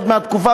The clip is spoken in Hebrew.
עוד מהתקופה,